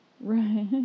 Right